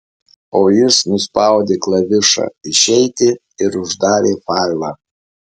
o jis nuspaudė klavišą išeiti ir uždarė failą